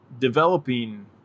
developing